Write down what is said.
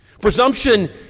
Presumption